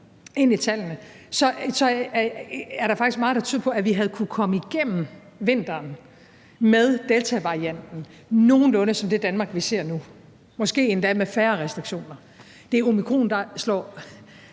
ind i tallene, er der faktisk meget, der tyder på, at vi havde kunnet komme igennem vinteren med deltavarianten nogenlunde som det Danmark, vi ser nu, måske endda med færre restriktioner. Det er omikron, der slår